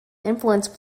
influenced